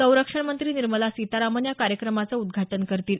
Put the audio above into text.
संरक्षणमंत्री निर्मला सीतारामन या कार्यक्रमाचं उद्घाटन करतील